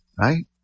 right